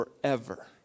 forever